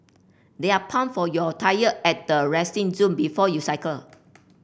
there are pump for your tyre at the resting zone before you cycle